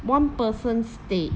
one person stay